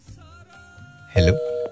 Hello